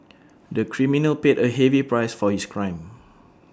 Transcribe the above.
the criminal paid A heavy price for his crime